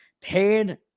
paid